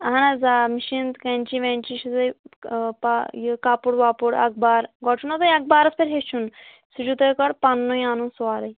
اہن حظ آ مِشیٖن کٮ۪نچی وٮ۪نچی یہِ کَپُر وَپُر اَخبار گۄڈٕ چھُنہ تۄہِہ اَخبارَس پٮ۪ٹھ ہیٚچھُن سُہ چھُ تۄہہِ گۄڈٕ پنٛنُے اَنُن سورُے